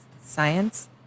science